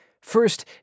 First